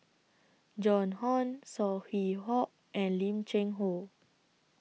Joan Hon Saw Hock and Lim Cheng Hoe